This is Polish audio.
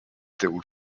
tyłu